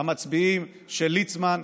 המצביעים של ליצמן,